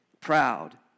proud